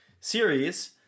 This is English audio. series